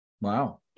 Wow